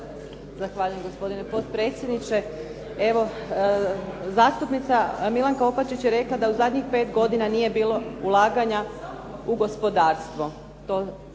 Zahvaljujem, gospodine potpredsjedniče. Zastupnica Milanka Opačić je rekla da u zadnjih pet godina nije bilo ulaganja u gospodarstvo.